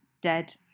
Dead